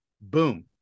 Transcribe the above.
Boom